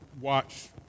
watch